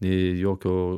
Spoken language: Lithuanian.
nei jokio